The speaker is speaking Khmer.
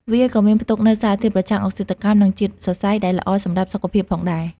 វាក៏មានផ្ទុកនូវសារធាតុប្រឆាំងអុកស៊ីតកម្ម និងជាតិសរសៃ ដែលល្អសម្រាប់សុខភាពផងដែរ។